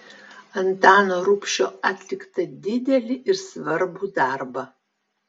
antano rubšio atliktą didelį ir svarbų darbą